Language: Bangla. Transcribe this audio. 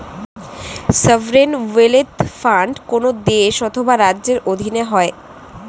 সভরেন ওয়েলথ ফান্ড কোন দেশ অথবা রাজ্যের অধীনে হয়